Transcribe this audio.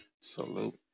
Salute